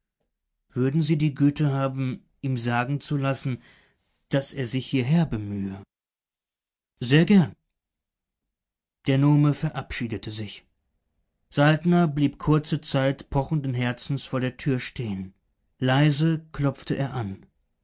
würden sie die güte haben ihm sagen zu lassen daß er sich hierher bemühe sehr gern der nume verabschiedete sich saltner blieb kurze zeit pochenden herzens vor der tür stehen leise klopfte er an